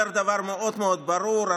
אומר דבר מאוד ברור.